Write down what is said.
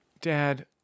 Dad